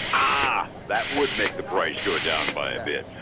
ah! that would make the price go down by a bit.